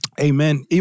Amen